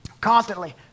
constantly